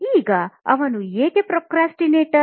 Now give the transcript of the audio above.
ಈಗ ಅವನು ಏಕೆ ಪ್ರೊಕ್ರಾಸ್ಟಿನೇಟರ್